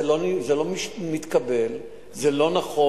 זה לא מתקבל, זה לא נכון.